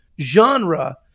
genre